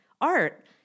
art